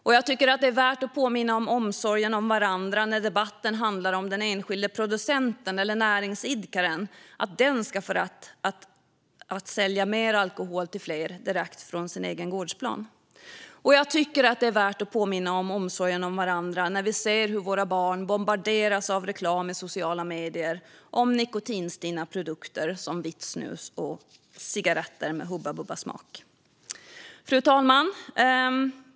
Jag tycker också att det är värt att påminna om omsorgen om varandra när debatten handlar om att den enskilde producenten eller näringsidkaren ska få rätt att sälja mer alkohol till fler, direkt från sin egen gårdsplan. Och jag tycker att det är värt att påminna om omsorgen om varandra när vi ser hur våra barn bombarderas av reklam i sociala medier om nikotinstinna produkter, som vitt snus och cigaretter med hubbabubbasmak. Fru talman!